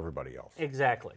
everybody else exactly